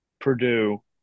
Purdue